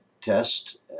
test